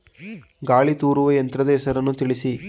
ಗಾಳಿ ತೂರುವ ಯಂತ್ರದ ಹೆಸರನ್ನು ತಿಳಿಸಿ?